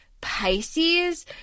Pisces